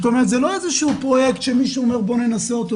זה לא איזה שהוא פרויקט שמישהו אומר 'בוא ננסה אותו',